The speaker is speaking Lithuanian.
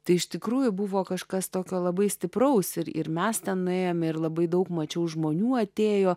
tai iš tikrųjų buvo kažkas tokio labai stipraus ir ir mes ten nuėjom ir labai daug mačiau žmonių atėjo